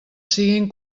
siguin